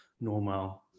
normal